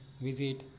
visit